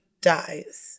dies